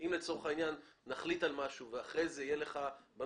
אם לצורך העניין נחליט על משהו ואחר כך תהיה לך הצעה